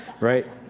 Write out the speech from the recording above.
right